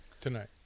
tonight